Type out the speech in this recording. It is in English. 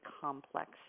complex